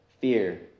Fear